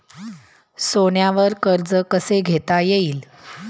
सोन्यावर कर्ज कसे घेता येईल?